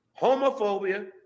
homophobia